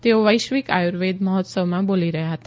તેઓ વૈશ્વિક આયુર્વેદ મહોત્સવમાં બોલી રહ્યાં હતા